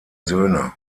söhne